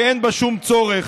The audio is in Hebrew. שאין בה שום צורך.